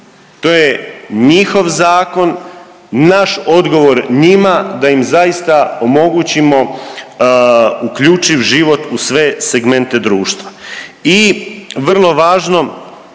To je njihov zakon, naš odgovor njima da im zaista omogućimo uključiv život u sve segmente društva.